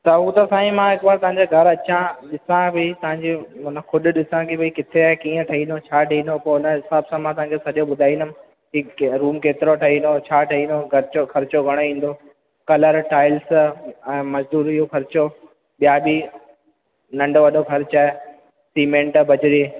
त हू त साईं मां हिकु बार तव्हांजे घर अचां ॾिसां भई तव्हांजे माना ख़ुदि ॾिसां किथे आहे कीअं ठहींदो छा ठहींदो पोइ हुन हिसाबु सां मां तव्हांखे सॼो ॿुधाईंदमि की रूम केतिरो ठहींदो छा ठहींदो ख़र्चो ख़र्चो घणो ईंदो कलर टाइल्स ऐं मज़ूरी जो ख़र्चो ॿिया बि नंढो वॾो ख़र्चु आहे सीमेंट बजिरी